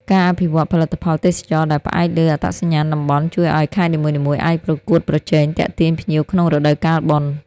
ការអភិវឌ្ឍផលិតផលទេសចរណ៍ដែលផ្អែកលើអត្តសញ្ញាណតំបន់ ជួយឱ្យខេត្តនីមួយៗអាចប្រកួតប្រជែងទាក់ទាញភ្ញៀវក្នុងរដូវកាលបុណ្យ។